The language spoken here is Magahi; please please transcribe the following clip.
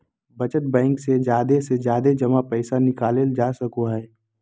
बचत बैंक से जादे से जादे जमा पैसा निकालल जा सको हय